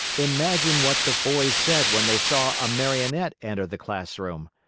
imagine what the boys said when they saw a marionette enter the classroom!